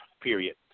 period